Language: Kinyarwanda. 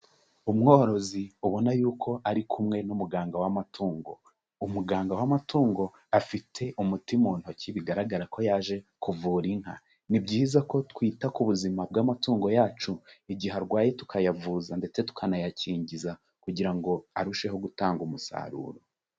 Umworozi ubona y'uko ari kumwe n'umuganga w'amatungo, umuganga w'amatungo afite umuti mu ntoki bigaragara ko yaje kuvura inka, ni byiza ko twita ku buzima bw'amatungo yacu igihe arwaye tukayavuza ndetse tukanayakingiza kugira ngo arusheho gutanga umusaruro.